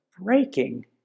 breaking